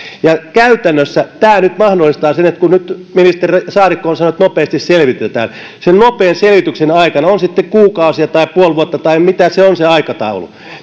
käytännössä tämä mahdollistaa nyt sen johtaa siihen kun ministeri saarikko on nyt sanonut että nopeasti selvitetään että sen nopean selvityksen aikana on se sitten kuukausia tai puoli vuotta tai mitä se on se aikataulu